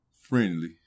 Friendly